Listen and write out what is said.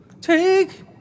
Take